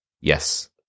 yes